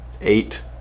eight